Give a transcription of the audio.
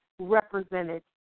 represented